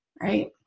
right